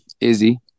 Izzy